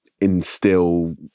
instill